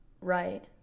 right